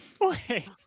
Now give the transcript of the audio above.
Wait